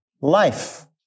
life